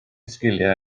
sgiliau